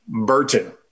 Burton